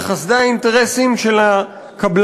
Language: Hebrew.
על חסדי האינטרסים של הקבלנים,